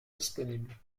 disponible